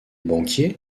banquiers